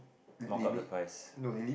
mock up the price